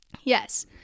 Yes